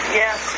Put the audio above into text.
yes